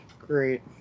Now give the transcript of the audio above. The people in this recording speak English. great